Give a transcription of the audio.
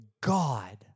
God